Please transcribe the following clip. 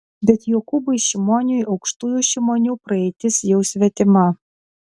bet jokūbui šimoniui aukštųjų šimonių praeitis jau svetima